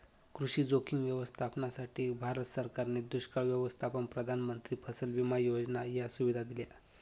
कृषी जोखीम व्यवस्थापनासाठी, भारत सरकारने दुष्काळ व्यवस्थापन, प्रधानमंत्री फसल विमा योजना या सुविधा दिल्या